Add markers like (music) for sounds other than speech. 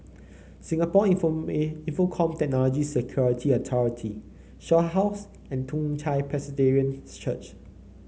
Singapore (unintelligible) Infocomm Technology Security Authority Shaw House and Toong Chai (noise) Presbyterian Church